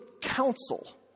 counsel